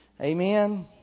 Amen